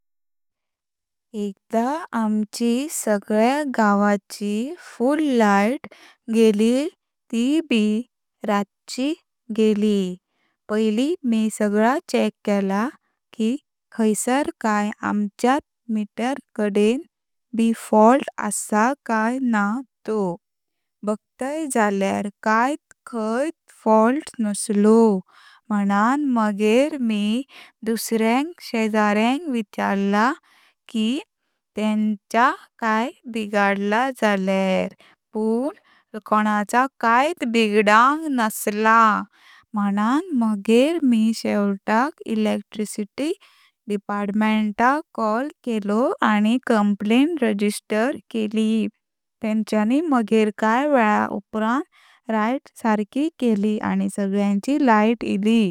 एकदा आमच्या सागल्या गावाची फुल लाइट गेली ट बरातची गेली। पहिली मी सगळं चेक केला की कहींसर काये आमच्यात मीटर कडेन ब फॉल्ट असा काय ना तोह, बगत्य जालयार काहीत खायत फॉल्ट नसलों म्हूनन मागेर मी दुसऱ्यांक शेजाऱ्यांक विचारला की तेंचा काय बिगडलं जालयार पण कोणाचा काहीत बिगडंक नसला म्हूनन मागेर मी शेवटाक इलेक्ट्रिसिटी डिपार्टमेंटाक कॉल केला आणि कंप्लेंट रजिस्टर केली। तेंच्यानी मागेर काही वेळ उप्रांन लाइट सारकी केली आणि सगळ्यांची लाइट आली।